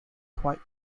quite